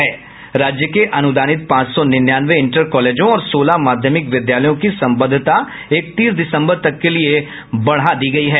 राज्य के अनुदानित पांच सौ निन्यानवे इंटर कॉलेजों और सोलह माध्यमिक विद्यालयों की संबंद्वता इकतीस दिसंबर तक के लिये बढ़ा दी गयी है